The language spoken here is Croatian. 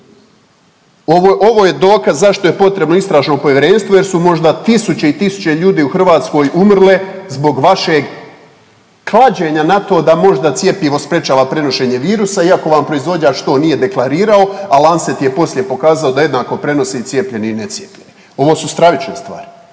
ovo je dokaz zašto je potrebno istražno povjerenstvo jer su možda tisuće i tisuće ljudi u Hrvatskoj umrle zbog vašeg klađenja na to da možda cjepivo sprječava prenošenje virusa iako vam proizvođač to nije deklarirao, a Lancet je poslije pokazao da jednako prenose i cijepljeni i necijepljeni. Ovo su stravične stvari.